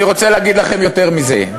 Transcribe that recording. אל תטיף לנו, אני רוצה להגיד לכם יותר מזה,